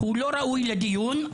הוא לא ראוי לדיון,